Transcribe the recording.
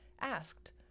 asked